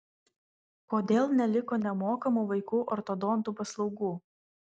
kodėl neliko nemokamų vaikų ortodontų paslaugų